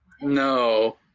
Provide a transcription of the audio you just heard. No